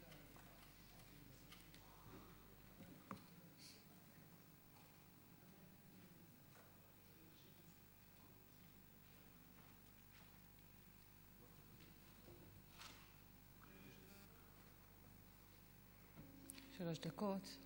שלוש דקות.